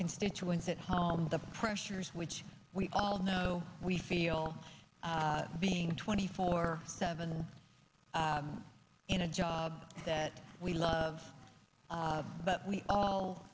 constituents at home the pressures which we all know we feel being twenty four seven in a job that we love but we all